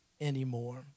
anymore